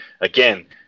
again